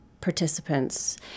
participants